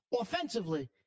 offensively